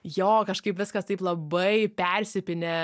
jo kažkaip viskas taip labai persipynę